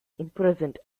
imprisoned